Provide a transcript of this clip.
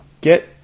get